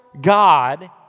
God